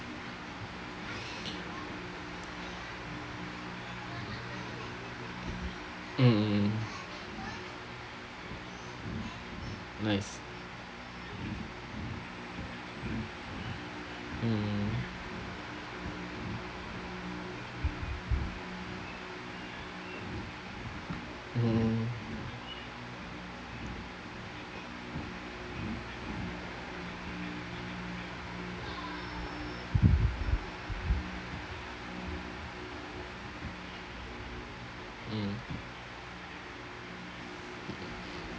mm mm nice mm mmhmm mm